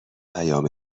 پیام